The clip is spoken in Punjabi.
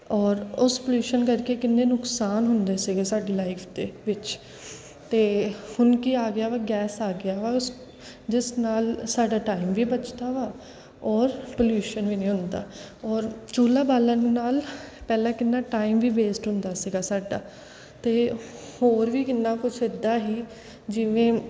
ਔਰ ਉਸ ਪਲਿਊਸ਼ਨ ਕਰਕੇ ਕਿੰਨੇ ਨੁਕਸਾਨ ਹੁੰਦੇ ਸੀਗੇ ਸਾਡੀ ਲਾਈਫ ਦੇ ਵਿੱਚ ਅਤੇ ਹੁਣ ਕੀ ਆ ਗਿਆ ਵਾ ਗੈਸ ਆ ਗਿਆ ਵਾ ਉਸ ਜਿਸ ਨਾਲ ਸਾਡਾ ਟਾਈਮ ਵੀ ਬਚਦਾ ਵਾ ਔਰ ਪਲਿਊਸ਼ਨ ਵੀ ਨਹੀਂ ਹੁੰਦਾ ਔਰ ਚੁੱਲ੍ਹਾ ਬਾਲਣ ਨਾਲ ਪਹਿਲਾਂ ਕਿੰਨਾ ਟਾਈਮ ਵੀ ਵੇਸਟ ਹੁੰਦਾ ਸੀਗਾ ਸਾਡਾ ਅਤੇ ਹੋਰ ਵੀ ਕਿੰਨਾ ਕੁਛ ਇੱਦਾਂ ਹੀ ਜਿਵੇਂ